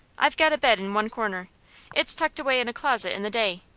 i've got a bed in one corner it's tucked away in a closet in the day.